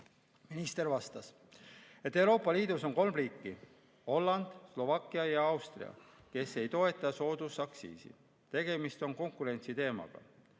Minister vastas, et Euroopa Liidus on kolm riiki – Holland, Slovakkia ja Austria –, kes ei toeta soodusaktsiisiga. Tegemist on konkurentsiteemaga.